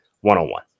one-on-one